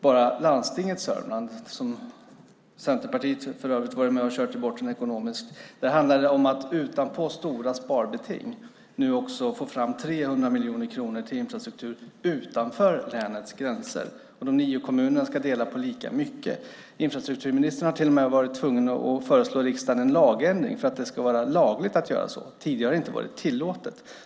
Bara för Landstinget Sörmland, som Centerpartiet för övrigt har varit med och kört i botten ekonomiskt, handlar det om att förutom stora sparbeting nu också få fram 300 miljoner till infrastruktur utanför länets gränser. De nio kommunerna ska dela på lika mycket. Infrastrukturministern har till och med varit tvungen att föreslå riksdagen en lagändring för att det ska vara lagligt att göra så. Tidigare har det inte varit tillåtet.